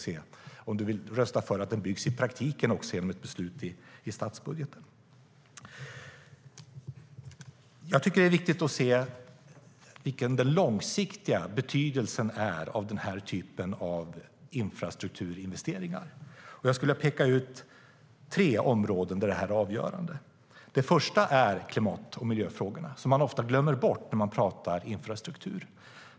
Vill du rösta för att den byggs i praktiken också, enligt beslut i statsbudgeten? Det första är klimat och miljöfrågorna, som man ofta glömmer bort när man talar om infrastruktur.